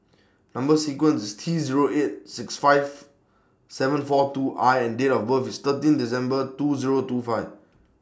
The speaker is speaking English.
Number sequence IS T Zero eight six five seven four two I and Date of birth IS thirteen December two Zero two five